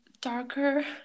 darker